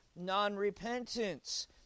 non-repentance